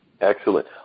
Excellent